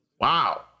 Wow